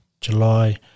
July